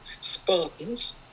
Spartans